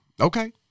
Okay